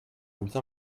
bien